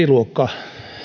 luokka